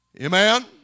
Amen